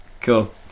cool